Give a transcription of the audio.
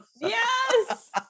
Yes